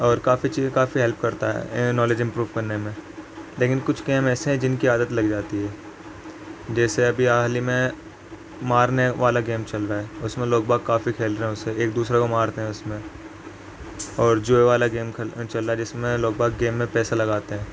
اور کافی چیز کافی ہیلپ کرتا ہے نالج امپروو کرنے میں لیکن کچھ گیم ایسے ہیں جن کی عادت لگ جاتی ہے جیسے ابھی حال ہی میں مارنے والا گیم چل رہا ہے اس میں لوگ باگ کافی کھیل رہے ہیں اسے ایک دوسرے کو مارتے ہیں اس میں اور جوئے والا گیم چل رہا ہے جس میں لوگ باگ گیم میں پیسے لگاتے ہیں